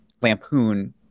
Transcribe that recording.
lampoon